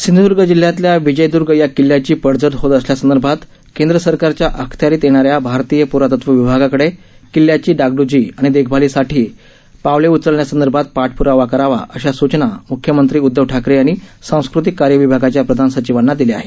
सिंधूदर्ग जिल्ह्यातल्या विजयदर्ग या किल्ल्याची पडझड होत असल्यासंदर्भात केंद्र सरकारच्या अखत्यारित येणाऱ्या भारतीय प्रातत्व विभागाकडे किल्ल्याची डागड्जी आणि देखभालीसाठी पावले उचलण्यासंदर्भात पाठप्रावा करावा अशा सूचना म्ख्यमंत्री उदधव ठाकरे यांनी सांस्कृतिक कार्य विभागाच्या प्रधान सचिवांना दिल्या आहेत